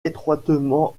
étroitement